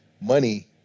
money